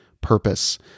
purpose